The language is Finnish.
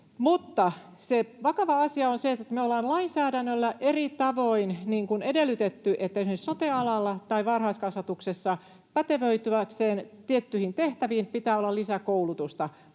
Mutta se vakava asia on se, että me ollaan lainsäädännöllä eri tavoin edellytetty, että esimerkiksi sote-alalla tai varhaiskasvatuksessa pätevöityäkseen tiettyihin tehtäviin pitää olla lisäkoulutusta.